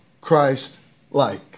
Christ-like